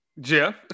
Jeff